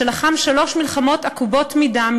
שלחם שלוש מלחמות עקובות מדם,